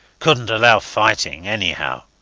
couldnt allow fighting anyhow.